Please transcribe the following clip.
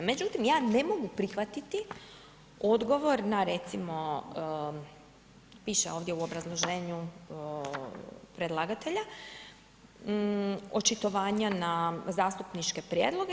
Međutim, ja ne mogu prihvatiti odgovor na recimo, piše ovdje u obrazloženju predlagatelja očitovanja na zastupničke prijedloge.